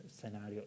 scenario